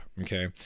okay